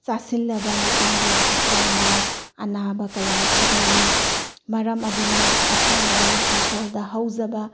ꯆꯥꯁꯤꯜꯂꯕ ꯃꯇꯨꯡꯗ ꯍꯛꯆꯥꯡꯗ ꯑꯅꯥꯕ ꯀꯌꯥ ꯊꯣꯛꯍꯜꯂꯤ ꯃꯔꯝ ꯑꯗꯨꯅ ꯏꯁꯥꯒꯤ ꯏꯪꯈꯣꯜꯗ ꯍꯧꯖꯕ